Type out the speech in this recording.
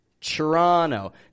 Toronto